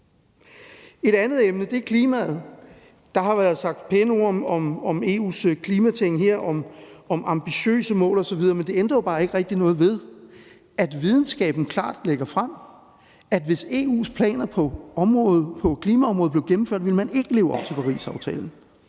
Et andet emne er klimaet. Der har været sagt pæne ord om EU's klimating, om ambitiøse mål osv., men det ændrer jo bare ikke rigtig noget ved, at videnskaben klart lægger frem, at hvis EU's planer på klimaområdet blev gennemført, ville man ikke leve op til Parisaftalen,